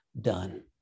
done